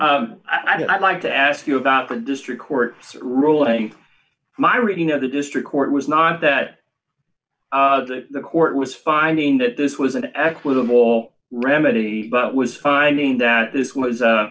mean i'd like to ask you about the district court ruling my reading of the district court was not that as if the court was finding that this was an equitable remedy but was finding that this was a